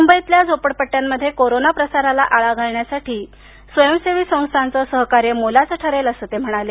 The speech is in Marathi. मुंबईतल्या घोपडपट्ट्यांमध्ये कोरोना प्रसाराला आळा घालण्यासाठी स्वयंसिवी संस्थाचं सहकार्य मोलाचं ठरेल असं ते म्हणाले